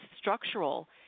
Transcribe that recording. structural